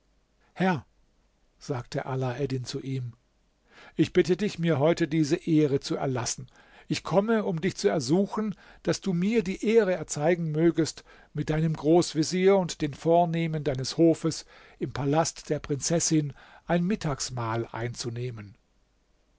herr sagte alaeddin zu ihm ich bitte dich mir heute diese ehre zu erlassen ich komme um dich zu ersuchen daß du mir die ehre erzeigen mögest mit deinem großvezier und den vornehmen deines hofes im palast der prinzessin ein mittagsmahl einzunehmen